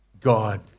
God